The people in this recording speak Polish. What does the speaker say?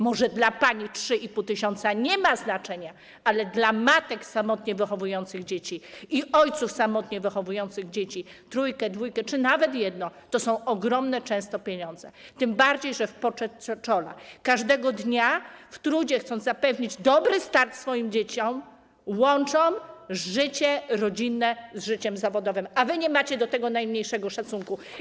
Może dla pani 3500 zł nie ma znaczenia, ale dla matek samotnie wychowujących dzieci i ojców samotnie wychowujących dzieci, trójkę, dwójkę czy nawet jedno, to są często ogromne pieniądze, tym bardziej że w pocie czoła, w trudzie każdego dnia, chcąc zapewnić dobry start swoim dzieciom, łączą życie rodzinne z życiem zawodowym, a wy nie macie do tego najmniejszego szacunku.